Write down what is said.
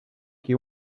que